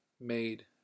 made